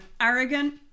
arrogant